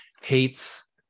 hates